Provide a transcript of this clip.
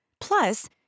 Plus